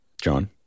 John